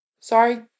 sorry